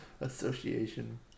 association